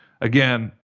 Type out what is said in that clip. again